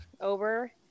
over